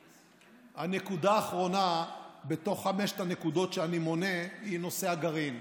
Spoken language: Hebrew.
והנקודה האחרונה בתוך חמש הנקודות שאני מונה היא נושא הגרעין.